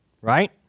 right